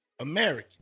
American